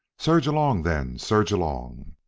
surge along, then. surge along.